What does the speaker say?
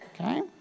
Okay